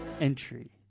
Entry